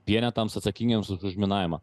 vienetams atsakingiems už išminavimą